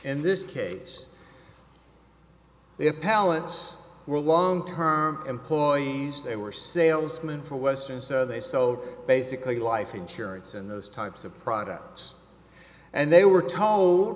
in this case they palance were long term employees they were salesman for western so they sold basically life insurance and those types of products and they were told